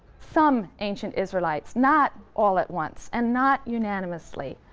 some ancient israelites, not all at once and not unanimously,